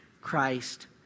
Christ